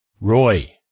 Roy